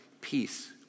peace